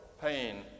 pain